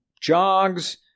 jogs